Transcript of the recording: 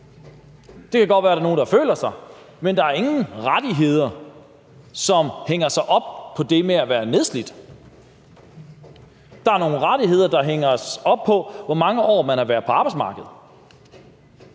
Det kan godt være, at der er nogle, der føler sig nedslidt, men der er ingen rettigheder, som er hængt op på det at være nedslidt. Der er nogle rettigheder, der er hængt op på, hvor mange år man har været på arbejdsmarkedet.